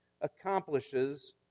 accomplishes